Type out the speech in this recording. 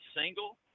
single